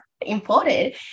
important